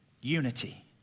unity